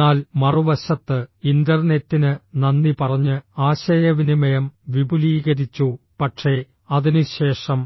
എന്നാൽ മറുവശത്ത് ഇന്റർനെറ്റിന് നന്ദി പറഞ്ഞ് ആശയവിനിമയം വിപുലീകരിച്ചു പക്ഷേ അതിനുശേഷം